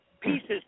pieces